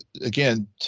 again